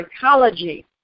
psychology